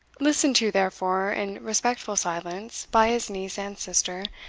listened to, therefore, in respectful silence, by his niece and sister,